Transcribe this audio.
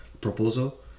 proposal